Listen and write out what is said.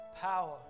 power